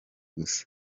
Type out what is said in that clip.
gusa